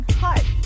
heart